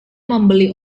membeli